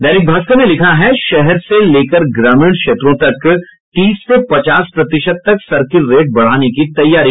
दैनिक भास्कर ने लिखा है शहर से लेक ग्रामीण क्षेत्रों तक तीस से पचास प्रतिशत तक सर्किल रेट बढ़ाने की तैयारी